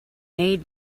made